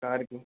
car की